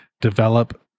develop